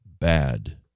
bad